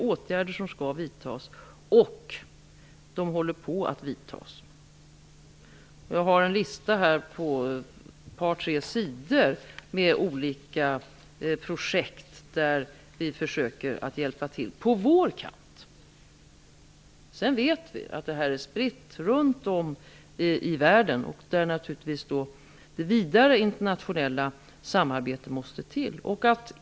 Åtgärder skall vidtas, och de håller på att vidtas. Jag har här en lista på tre sidor med olika projekt, där vi försöker att hjälpa till på vår kant. Vi vet att det här är spritt runt om i världen, och det krävs naturligtvis ett vidare internationellt samarbete.